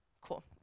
cool